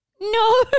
no